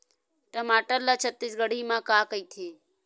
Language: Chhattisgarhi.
टमाटर ला छत्तीसगढ़ी मा का कइथे?